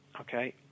Okay